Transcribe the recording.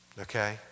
Okay